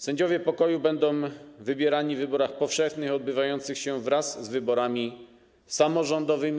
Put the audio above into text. Sędziowie pokoju będą wybierani w wyborach powszechnych odbywających się wraz z wyborami samorządowymi.